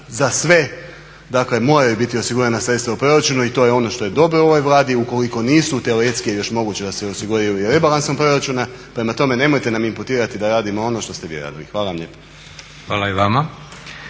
Za sve moraju biti osigurana sredstva u proračunu i to je ono što je dobro u ovoj Vladi i u koliko nisu teoretski je još moguće da se osiguraju i rebalansom proračuna. prema tome nemojte nam imputirati da radimo ono što ste vi radili. Hvala vam lijepo. **Leko, Josip